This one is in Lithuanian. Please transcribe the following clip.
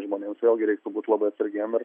žmonėms vėlgi reiktų būt labai atsargiem ir